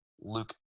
Luke